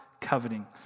coveting